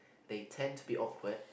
they tend to be awkward